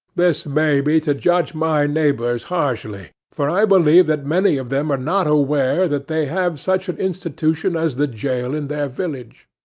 this may be to judge my neighbors harshly for i believe that many of them are not aware that they have such an institution as the jail in their village.